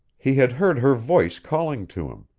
he had heard her voice calling to him,